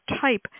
type